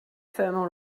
thermal